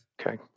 Okay